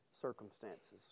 circumstances